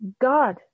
God